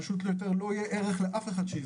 פשוט יותר לא יהיה ערך לאף אחד שהזמין תור.